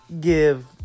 give